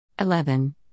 eleven